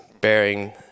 bearing